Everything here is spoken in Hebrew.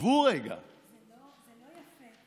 תחשבו רגע, זה לא יפה.